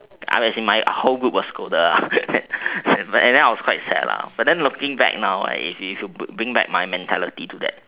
I as in my whole group was scolded lah and then I was quite sad but looking back now ah it bring back my mentality to that